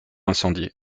incendiée